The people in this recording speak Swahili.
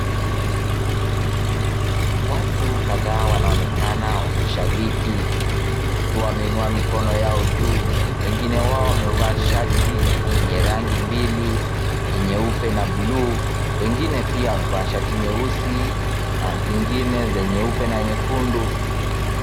Watu kadhaa wanaonekana wakishabiki wakiwa wameinua mikono yao juu, wengine wao wamevaa shati yenye rangi mbili, ya nyeupe na buluu. Wengine pia wamevaa shati nyeusi na zingine za nyeupe na nyekundu.